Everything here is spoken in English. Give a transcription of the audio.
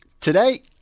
Today